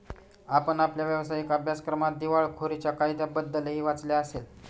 आपण आपल्या व्यावसायिक अभ्यासक्रमात दिवाळखोरीच्या कायद्याबद्दलही वाचले असेल